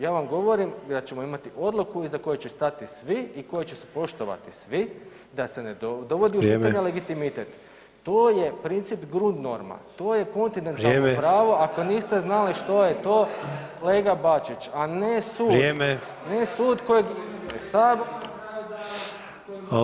Ja vam govorim da ćemo imati odluku iza koje će stajati svi i koje će se poštovati svi da se ne dovodi u pitanje legitimitet [[Upadica: Vrijeme.]] to je princip grundnorma to je kontinentalno pravo [[Upadica: Vrijeme.]] ako niste znali što je to kolega Bačić, a ne sud, ne sud kojeg